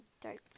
dark